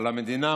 על המדינה,